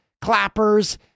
clappers